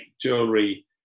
jewelry